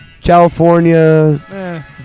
California